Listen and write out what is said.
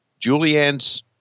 Julianne's